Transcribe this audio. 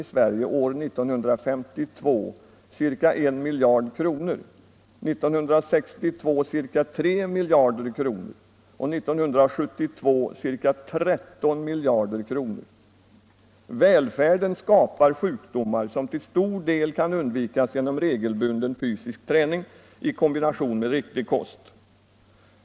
i Sverige år 1952 ca 1 miljard kronor, år 1962 ca 3 miljarder kronor och år 1972 ca 13 miljarder kronor. Välfärden skapar sjukdomar som till stor del kan undvikas genom regelbunden fysisk träning i kombination med riktig kost.